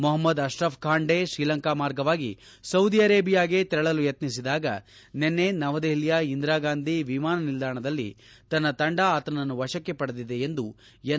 ಮೊಹಮ್ಮದ್ ಅಶ್ರಫ್ ಖಾಂಡೆ ಶ್ರೀಲಂಕಾ ಮಾರ್ಗವಾಗಿ ಸೌಧಿ ಅರೇಬಿಯಾಗೆ ತೆರಳಲು ಯಕ್ನಿಸಿದಾಗ ನಿನ್ನೆ ನವದೆಪಲಿಯ ಇಂದಿರಾಗಾಂಧಿ ವಿಮಾನ ನಿಲ್ದಾಣದಲ್ಲಿ ತನ್ನ ತಂಡ ಆತನನ್ನು ವಶಕ್ಕೆ ಪಡೆದಿದೆ ಎಂದು ಎನ್